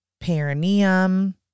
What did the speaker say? perineum